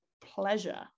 pleasure